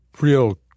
real